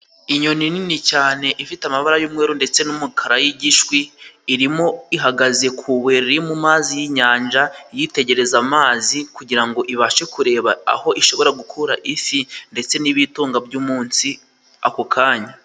Inyoni nini cyane ifite amabara y'umweru ndetse n'umukara y'igishwi，irimo ihagaze ku ibuye riri mu mazi y'inyanja， iyitegereza amazi kugirango ibashe kureba aho ishobora gukurafi ndetse n'ibitunga by'umunsi ako kanya